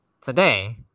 Today